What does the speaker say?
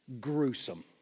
gruesome